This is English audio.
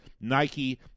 Nike